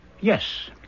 Yes